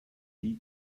die